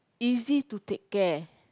easy to take care